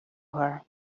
her